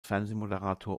fernsehmoderator